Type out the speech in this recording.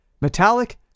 Metallic